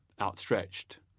outstretched